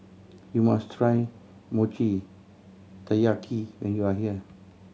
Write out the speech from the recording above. you must try Mochi Taiyaki when you are here